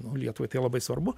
nu lietuvai tai labai svarbu